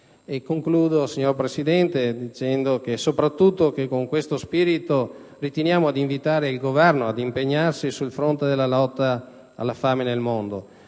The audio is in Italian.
Concludo, signor Presidente, dicendo che con questo spirito riteniamo di invitare il Governo ad impegnarsi sul fronte della lotta alla fame del mondo,